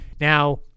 Now